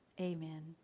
Amen